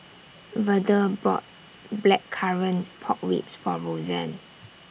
Verdell bought Blackcurrant Pork Ribs For Roseanne